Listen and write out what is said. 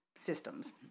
systems